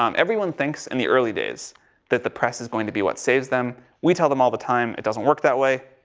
um everyone thinks in and the early days that the press is going to be what saves them. we tell them all the time it doesn't work that way.